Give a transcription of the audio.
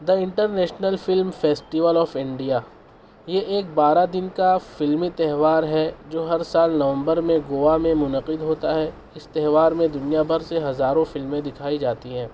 the international film festival of India یہ ایک بارہ دن کا فلمی تہوار ہے جو ہر سال نومبر میں گوا میں منعقد ہوتا ہے اس تہوار میں دنیا بھر سے ہزاروں فلمیں دکھائی جاتی ہیں